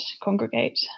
congregate